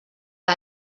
que